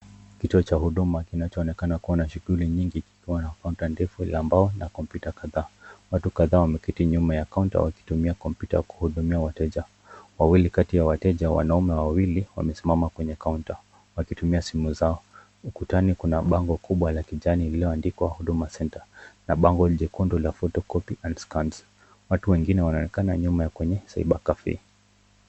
Kituo cha huduma kinacho onekana kuwa na shuguli nyingi, likiwa na kaunta ndefu la mbao na kompyuta kadhaa, watu wengi wameketi nyuma ya kaunta wakitumia kompyuta kuhudumia wateja, wawili kati ya wateja wanaume wawili wamesimama kwenye kaunta, wakitumia simu zao, ukutani kuna bango kubwa la kijani lililoandikwa Huduma Centre, na bango jekundu la photo copy and scans , watu wengine wanaonekana kwenye ciber cafe .